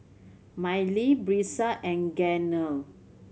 Mylee Brisa and Gaynell